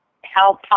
Help